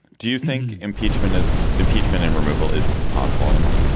do you think impeachment is impeachment and removal is possible anymore?